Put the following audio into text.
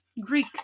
Greek